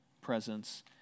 presence